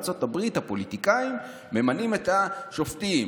בארצות הברית הפוליטיקאים ממנים את השופטים,